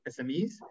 SMEs